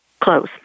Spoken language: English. close